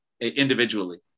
individually